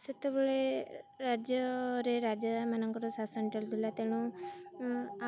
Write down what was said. ସେତେବେଳେ ରାଜ୍ୟରେ ରାଜାମାନଙ୍କର ଶାସନ ଚାଲୁଥିଲା ତେଣୁ